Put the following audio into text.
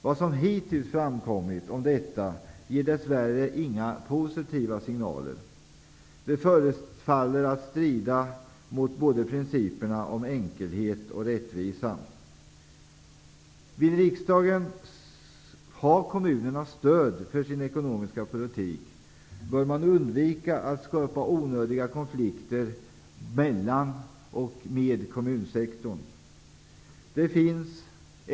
Vad som hittils framkommit om detta ger dess värre inga positiva signaler. Det förefaller strida mot principerna både om enkelhet och om rättvisa. Vill riksdagen ha kommunernas stöd för sin ekonomiska politik bör man undvika att skapa onödiga konflikter med och inom kommunsektorn.